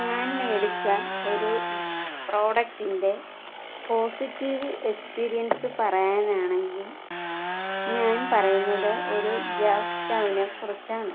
ഞാൻ മേടിച്ച ഒരു പ്രൊഡക്ടിൻ്റെ പോസിറ്റീവ് എക്സ്പീരിയൻസ് പറയാനാണെങ്കിൽ ഞാൻ പറയുന്നത് ഒരു ഗ്യാസ് സ്റ്റവിനെ കുറിച്ചാണ്